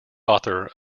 author